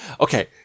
Okay